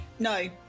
no